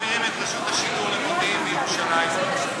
למה אתם מעבירים את רשות השידור מירושלים למודיעין?